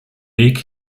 weg